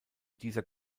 dieser